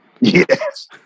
Yes